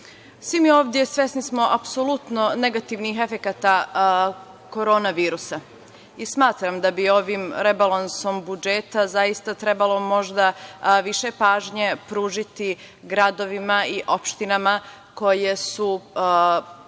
pre. Svi ovde svesni smo apsolutno negativnih efekata korona virusa i smatram da bi ovim rebalansom budžeta zaista trebalo možda više pažnje pružiti gradovima i opštinama koje su